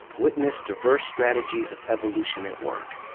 witnessed diverse strategies of evolution at work